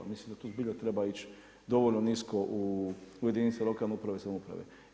Mislim da tu zbilja treba ići dovoljno nisko u jedinice lokalne uprave i samouprave.